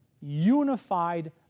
unified